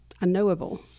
unknowable